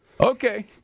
okay